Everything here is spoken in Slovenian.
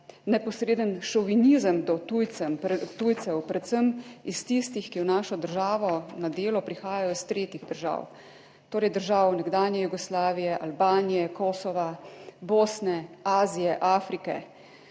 neposreden šovinizem do tujcev, predvsem iz tistih, ki v našo državo na delo prihajajo iz tretjih držav, torej držav nekdanje Jugoslavije, Albanije, Kosova, Bosne, Azije, Afrike.